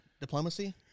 diplomacy